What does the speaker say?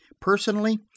personally